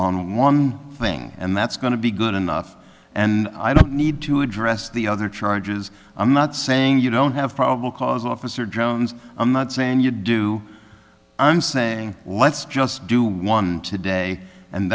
on one thing and that's going to be good enough and i don't need to address the other charges i'm not saying you don't have probable cause officer jones i'm not saying you do i'm saying let's just do one today and